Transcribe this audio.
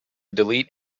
delete